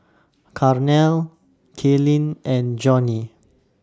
Carnell Kalyn and Johnie